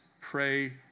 pray